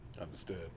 Understood